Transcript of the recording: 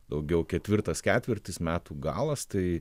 daugiau ketvirtas ketvirtis metų galas tai